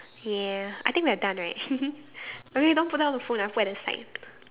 yeah I think we are done right okay don't put down the phone I'll put at the side